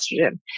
estrogen